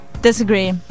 Disagree